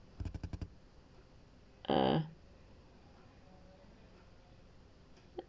ah